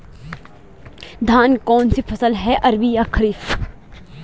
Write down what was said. धान कौन सी फसल है रबी या खरीफ?